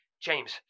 james